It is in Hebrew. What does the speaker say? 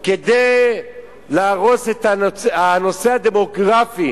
כדי להרוס את הנושא הדמוגרפי,